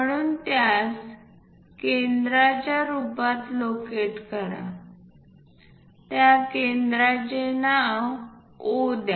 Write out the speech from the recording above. म्हणून यास केंद्राच्या रूपात लोकेट करा त्या केंद्राचे नाव O द्या